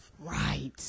Right